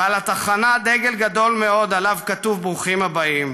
ועל התחנה דגל גדול מאוד עליו כתוב 'ברוכים הבאים'.